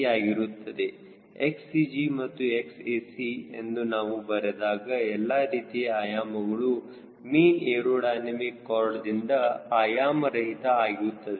𝑋CG ಮತ್ತು 𝑋ac ಎಂದು ನಾವು ಬರೆದಾಗ ಎಲ್ಲಾ ರೀತಿಯ ಆಯಾಮಗಳು ಮೀನ್ ಏರೋಡೈನಮಿಕ್ ಖಾರ್ಡ್ದಿಂದ ಆಯಾಮರಹಿತ ಆಗುತ್ತದೆ